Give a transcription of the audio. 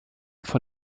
von